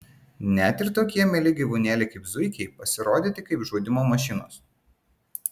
net ir tokie mieli gyvūnėliai kaip zuikiai pasirodyti kaip žudymo mašinos